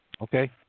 Okay